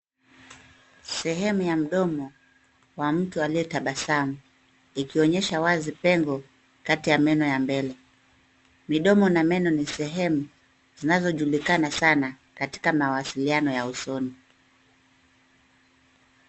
Sehemu ya mdomo wa mtu aliyetabasamu ikionyesha wazi pengo kati ya meno ya mbele. Midomo na meno ni sehemu zinazojulikana sana katika mawasiliano ya usoni.